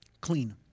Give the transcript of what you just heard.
Clean